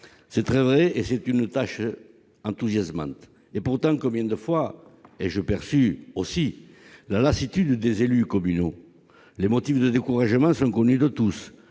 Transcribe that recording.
C'est très vrai, car il s'agit d'une tâche enthousiasmante ! Pourtant, combien de fois ai-je perçu la lassitude des élus communaux ? Les motifs du découragement sont connus de tous